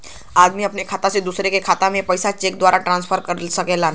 आदमी अपने खाता से दूसरे के खाता में पइसा चेक के द्वारा ट्रांसफर कर सकला